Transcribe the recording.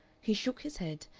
he shook his head,